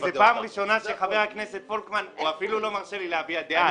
זאת פעם ראשונה שחבר הכנסת פולקמן אפילו לא מרשה לי להביע דעה.